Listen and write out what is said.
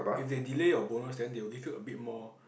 if they delay your bonus then they will give you a bit more